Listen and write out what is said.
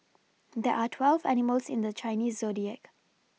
there're twelve animals in the Chinese zodiac